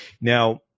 Now